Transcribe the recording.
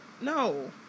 no